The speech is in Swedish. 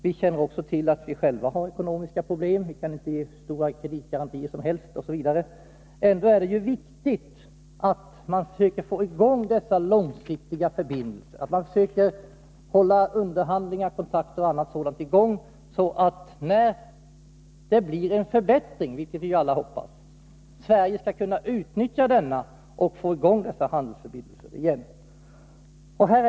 Vi känner också till att vi själva har ekonomiska problem — vi kan inte ge hur stora kreditgarantier som helst. Ändå är det viktigt att man försöker hålla i gång underhandlingar, kontakter och annat, så att Sverige när det blir en förbättring i Polen vilket vi alla hoppas — skall kunna utnyttja dessa och få i gång långsiktiga handelsförbindelser.